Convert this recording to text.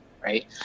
right